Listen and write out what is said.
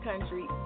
country